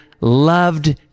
loved